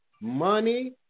money